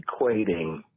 equating